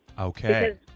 Okay